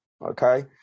okay